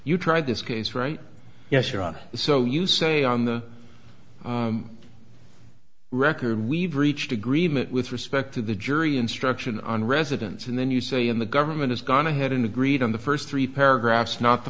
you try this case right yes you're on so you say on the record we've reached agreement with respect to the jury instruction on residence and then you say in the government has gone ahead and agreed on the first three paragraphs not the